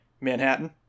Manhattan